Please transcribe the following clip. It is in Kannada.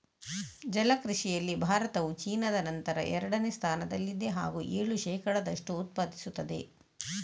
ಜಲ ಕೃಷಿಯಲ್ಲಿ ಭಾರತವು ಚೀನಾದ ನಂತರ ಎರಡನೇ ಸ್ಥಾನದಲ್ಲಿದೆ ಹಾಗೂ ಏಳು ಶೇಕಡದಷ್ಟು ಉತ್ಪಾದಿಸುತ್ತದೆ